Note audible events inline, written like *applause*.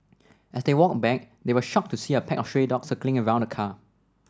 *noise* as they walked back they were shocked to see a *noise* pack stray dogs circling around the car